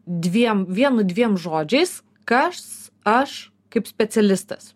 dviem vienu dviem žodžiais kas aš kaip specialistas